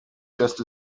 just